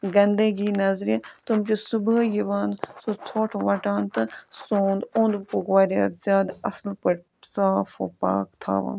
گنٛدگی نَظرِ تِم چھِ صُبحٲے یِوان سُہ ژھۄٹھ وَٹان تہٕ سون اوٚنٛد پوٚکھ واریاہ زیادٕ اَصٕل پٲٹھۍ صاف وپاک تھاوان